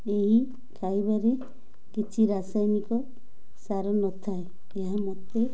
ଏହି ଖାଇବାରେ କିଛି ରାସାୟନିକ ସାର ନଥାଏ ଏହା ମୋତେ